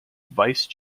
vice